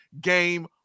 game